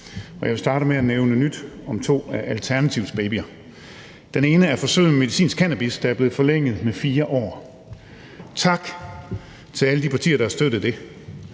jeg vil starte med at nævne nyt om to af Alternativets babyer. Den ene baby er forsøget med medicinsk cannabis, der er blevet forlænget med 4 år. Tak til alle de partier, der har støttet det.